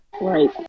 Right